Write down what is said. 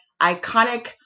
iconic